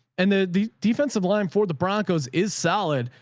and the the defensive line for the broncos is solid.